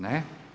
Ne.